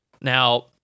Now